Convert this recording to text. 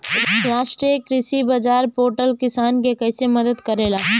राष्ट्रीय कृषि बाजार पोर्टल किसान के कइसे मदद करेला?